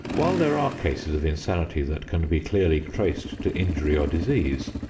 while there are cases of insanity that can be clearly traced to injury or disease,